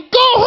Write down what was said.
go